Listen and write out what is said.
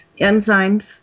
enzymes